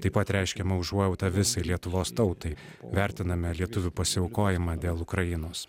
taip pat reiškiame užuojautą visai lietuvos tautai vertiname lietuvių pasiaukojimą dėl ukrainos